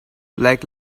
like